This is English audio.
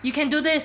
you can do this